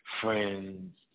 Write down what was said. friends